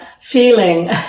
feeling